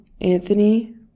Anthony